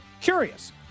curious